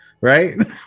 right